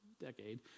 decade